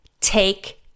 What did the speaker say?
take